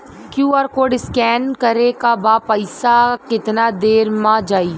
QR code scan न करे क बाद पइसा केतना देर म जाई?